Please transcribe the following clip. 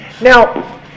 now